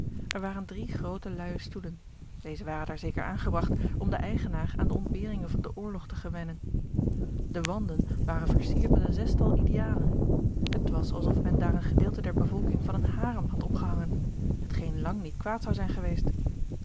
er waren drie groote luije stoelen deze waren daar zeker aangebragt om den eigenaar aan de ontberingen van den oorlog te gewennen de wanden waren versierd met een zestal idealen het was alsof men daar een gedeelte der bevolking van een harem had opgehangen hetgeen lang niet kwaad zou zijn geweest